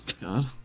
God